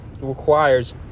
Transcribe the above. requires